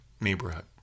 neighborhood